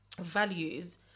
values